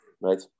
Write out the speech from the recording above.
Right